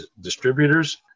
distributors